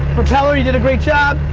propeller, you did a great job.